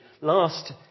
last